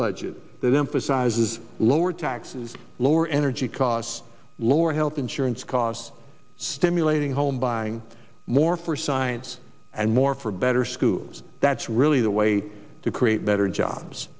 budget that emphasizes lower taxes lower energy costs lower health insurance costs stimulating home buying more for science and more for better schools that's really the way to create better jobs